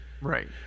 Right